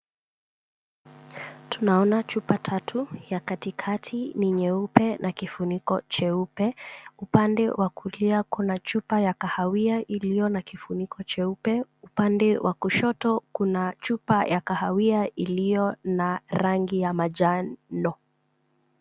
Tunaona chupa tatu ya katikati ni nyeupe na kifuniko cheupe, upande wa kulia kuna chupa ya kahawia iliyo na kifuniko cheupe, upande wa kushoto kuna chupa ya kahawia iliyo na rangi ya majano.